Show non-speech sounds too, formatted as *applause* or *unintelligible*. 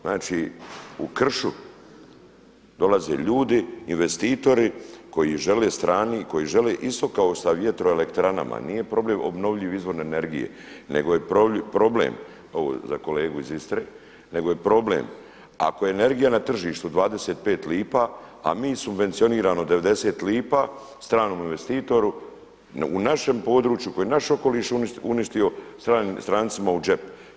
Znači u kršu dolaze ljudi, investitori koji žele, … *unintelligible* koji žele isto kao sa vjetroelektranama, nije problem obnovljivi izvori energije nego je problem, ovo za kolegu iz Istre, nego je problem, ako je energija na tržištu 25 lipa a mi subvencioniramo 90 lipa stranom investitoru, u našem području, koje je naš okoliš uništio, strancima u džep.